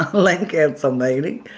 land council meeting,